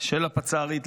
של הפצ"רית,